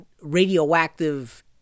radioactive